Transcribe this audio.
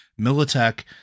militech